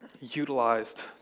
utilized